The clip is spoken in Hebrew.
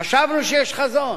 חשבנו שיש חזון.